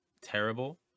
terrible